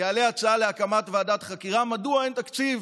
יעלה הצעה לוועדת חקירה מדוע אין תקציב